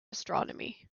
astronomy